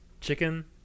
chicken